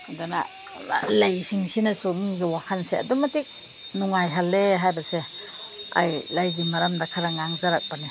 ꯑꯗꯨꯅ ꯂꯩꯁꯤꯡꯁꯤꯅꯁꯨ ꯃꯤꯒꯤ ꯋꯥꯈꯜꯁꯦ ꯑꯗꯨ ꯃꯇꯤꯛ ꯅꯨꯡꯉꯥꯏꯍꯜꯂꯦ ꯍꯥꯏꯕꯁꯦ ꯑꯩ ꯂꯩꯒꯤ ꯃꯔꯝꯗ ꯈꯔ ꯉꯥꯡꯖꯔꯛꯄꯅꯦ